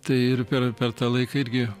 tai ir per per tą laiką irgi